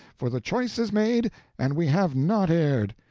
for the choice is made and we have not erred.